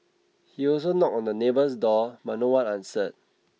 he also knocked on the neighbour's door but no one answered